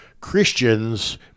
Christians